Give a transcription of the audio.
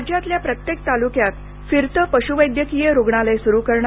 राज्यातल्या प्रत्येक तालुक्यात फिरतं पशुवैद्यकीय रुग्णालय सुरु करणार